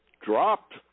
dropped